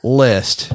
list